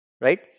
Right